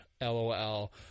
lol